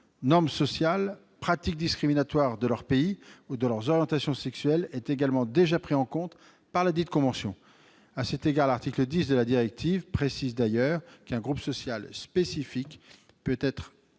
normes sociales, pratiques discriminatoires de leur pays ou de leur orientation sexuelle est également déjà prise en compte par ladite convention. L'article 10 de la directive Qualification précise d'ailleurs qu' « un groupe social spécifique peut être un